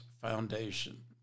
Foundation